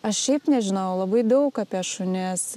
aš šiaip nežinojau labai daug apie šunis